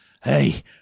hey